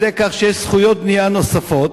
על-ידי כך שיש זכויות בנייה נוספות,